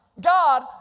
God